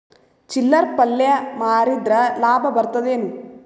ಚಿಲ್ಲರ್ ಪಲ್ಯ ಮಾರಿದ್ರ ಲಾಭ ಬರತದ ಏನು?